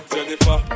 Jennifer